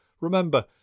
Remember